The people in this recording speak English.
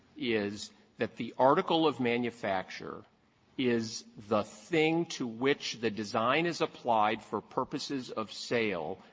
is that the article of manufacture is the thing to which the design is applied for purposes of sale,